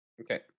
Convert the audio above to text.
okay